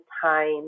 time